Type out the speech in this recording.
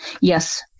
Yes